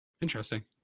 Interesting